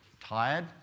tired